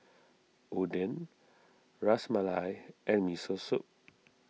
Oden Ras Malai and Miso Soup